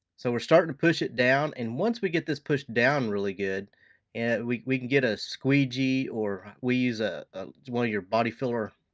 so we're starting to push it down, and once we get it pushed down really good and we we can get a squeegee. or we use ah ah one of your body filler